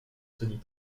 tony